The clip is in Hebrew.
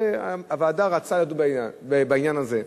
והוועדה רצתה לדון בעניין הזה.